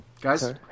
Guys